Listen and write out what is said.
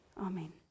amen